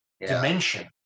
dimension